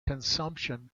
consumption